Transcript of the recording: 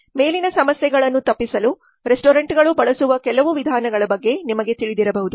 ಮೇಲಿನ ಸಮಸ್ಯೆಗಳನ್ನು ತಪ್ಪಿಸಲು ರೆಸ್ಟೋರೆಂಟ್ಗಳು ಬಳಸುವ ಕೆಲವು ವಿಧಾನಗಳ ಬಗ್ಗೆ ನಿಮಗೆ ತಿಳಿದಿರಬಹುದು